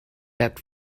that